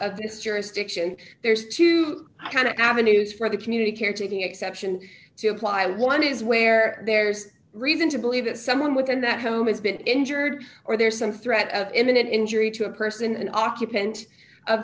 of this jurisdiction there's two kind of avenues for the community care taking exception to apply and one is where there's reason to believe that someone within that home has been injured or there's some threat of imminent injury to a person an occupant of